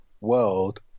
world